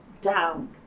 down